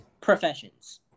professions